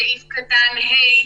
סעיף קטן (ה),